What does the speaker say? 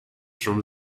from